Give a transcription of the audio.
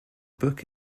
book